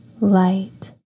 light